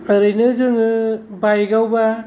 ओरैनो जोङो बाइक आवबा